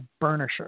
burnisher